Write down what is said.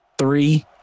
Three